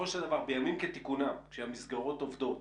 בימים כתיקונם שהמסגרות עובדות